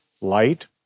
light